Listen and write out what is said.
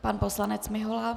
Pan poslanec Mihula.